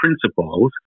principles